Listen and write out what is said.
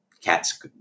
cats